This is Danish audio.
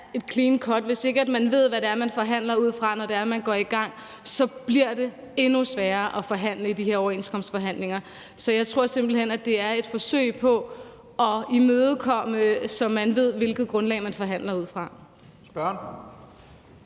et clean cut, og hvis ikke man ved, hvad det er, man forhandler ud fra, når man går i gang, så bliver det endnu sværere at forhandle i de her overenskomstforhandlinger. Så jeg tror simpelt hen, at det er et forsøg på at være imødekommende, så man ved, hvilket grundlag man forhandler ud fra. Kl.